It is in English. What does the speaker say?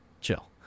chill